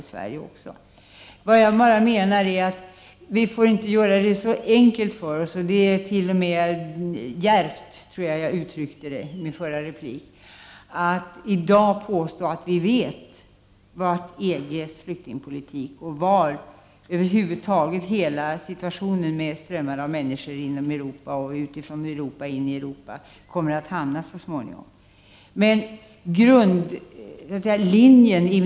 Den debatten måste vi också föra i detta sammanhang. Hur länge orkar vår organisation? Invandrarverket är ju för närvarande oerhört arbetstyngt. Det finns tecken som tyder på att organisationen nästan kommer att klappa ihop. Vad gör vi då? Måste vi inte utan affekt kunna diskutera dessa frågor? Vi kommer att få ytterligare en invandrardebatt i dag, och vi kan fortsätta diskussionen då. I den mån moderat flyktingpolitik, som Maria Leissner sade, blir den som kommer att gälla, får vi en mycket bra politik. Jag tror emellertid att regeringen är i stånd att komma med egna förslag, och då får som vanligt de politiska partierna ta ställning till de förslagen. De kommer kanske att innehålla både det som är bra och det som är mindre bra. Vi har som bekant litet olika uppfattningar. Vi har under årens lopp lagt fram en rad förslag.